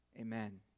amen